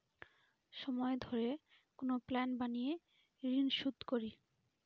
সময় ধরে কোনো প্ল্যান বানিয়ে ঋন শুধ করি